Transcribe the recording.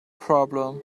problem